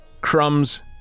Crumbs